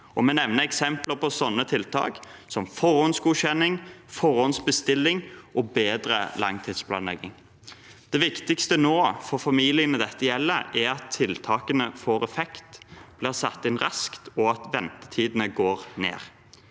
Vi nevner eksempler på tiltak som forhåndsgodkjenning, forhåndsbestilling og bedre langtidsplanlegging. Det viktigste nå for familiene dette gjelder, er at tiltakene får effekt og blir satt inn raskt, og at ventetidene går ned.